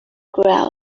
growl